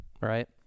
right